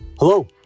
Hello